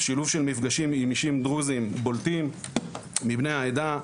שילוב של מפגשים עם אישים דרוזים בולטים מבני העדה,